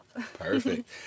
Perfect